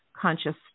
conscious